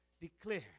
declare